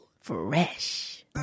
Fresh